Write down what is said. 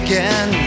Again